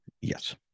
yes